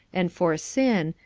and for sin,